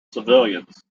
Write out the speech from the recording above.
civilians